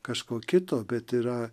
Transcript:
kažko kito bet yra